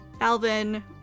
Alvin